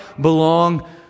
belong